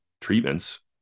treatments